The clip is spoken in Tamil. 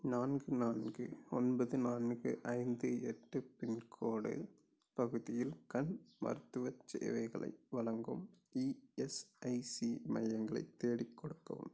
நான்கு நான்கு ஒன்பது நான்கு ஐந்து எட்டு பின்கோடு பகுதியில் கண் மருத்துவச் சேவைகளை வலங்கும் இஎஸ்ஐசி மையங்களை தேடிக்கொடுக்கவும்